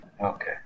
Okay